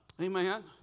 Amen